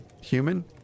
human